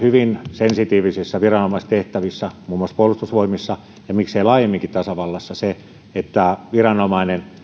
sensitiivisissä viranomaistehtävissä muun muassa puolustusvoimissa ja miksei laajemminkin tasavallassa hyvin se että viranomainen palvelee